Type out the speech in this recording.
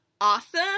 Awesome